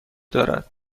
دارد